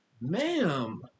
Ma'am